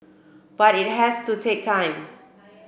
but it has to take time